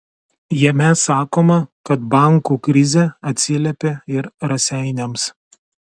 jame sakoma kad bankų krizė atsiliepė ir raseiniams